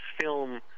film